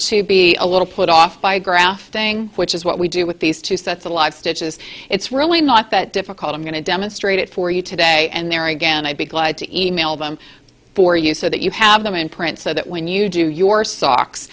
to be a little put off by graph thing which is what we do with these two sets a lot of stitches it's really not that difficult i'm going to demonstrate it for you today and there again i'd be glad to email them for you so that you have them in print so that when you do your